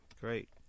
Great